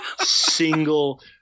single